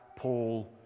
Paul